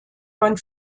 man